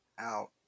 out